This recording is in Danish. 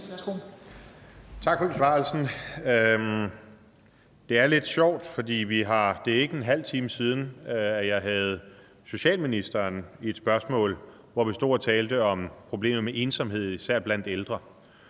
Tak for besvarelsen. Det er lidt sjovt, for det er ikke en halv time siden, at jeg havde socialministeren til at besvare et spørgsmål, hvor vi stod og talte om problemet med ensomhed især blandt ældre.